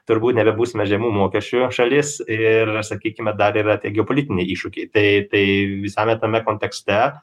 turbūt nebebūsime žemų mokesčių šalis ir sakykime dar yra tie geopolitiniai iššūkiai tai tai visame tame kontekste